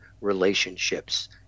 relationships